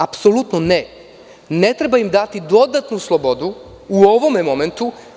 Apsolutno ne, ne treba im dati dodatnu slobodu u ovom momentu.